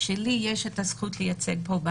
שלי יש את הזכות לייצג פה,